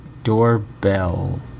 Doorbell